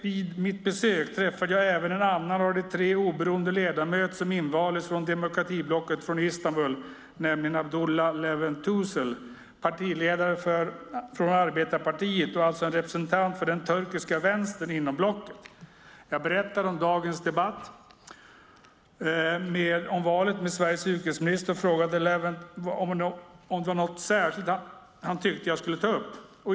Vid mitt besök träffade jag även en annan av de tre oberoende ledamöter som invaldes från demokratiblocket från Istanbul, nämligen Abdullah Levent Tüzel, partiledare från Arbetarpartiet och alltså en representant för den turkiska vänstern inom blocket. Jag berättade om dagens debatt med Sveriges utrikesminister om det turkiska valet och frågade Levent om det var något särskilt han tyckte att jag skulle ta upp.